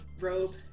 robe